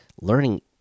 learning